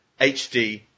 HD